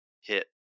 hit